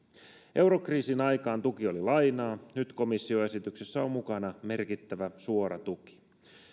eurokriisin aikaan tuki oli lainaa nyt komission esityksessä on mukana merkittävä suora tuki